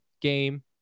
game